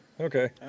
Okay